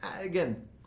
again